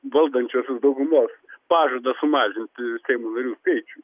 valdančiosios daugumos pažadą sumažinti seimo narių skaičių